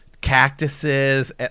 cactuses